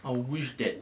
I'll wish that